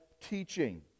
teaching